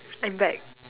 I'm back